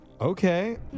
Okay